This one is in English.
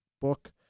book